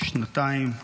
שנתיים,